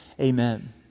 amen